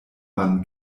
mann